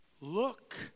Look